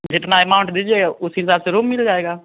जितना अमाउंट दीजिएगा उसी हिसाब से रूम मिल जाएगा